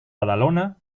badalona